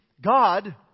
God